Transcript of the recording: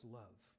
love